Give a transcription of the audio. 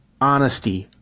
honesty